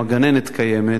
הגננת קיימת,